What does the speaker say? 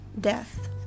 death